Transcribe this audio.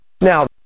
Now